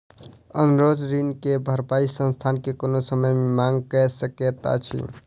अनुरोध ऋण के भरपाई संस्थान कोनो समय मे मांग कय सकैत अछि